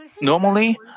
Normally